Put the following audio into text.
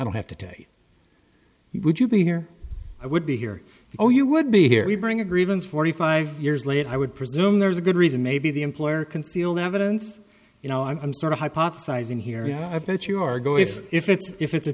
don't have to tell you would you be here i would be here or you would be here we bring a grievance forty five years later i would presume there's a good reason maybe the employer concealed evidence you know i'm sort of hypothesizing here yeah i bet you are go if if it's if it's a